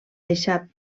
deixat